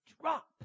drop